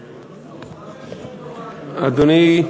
אדוני.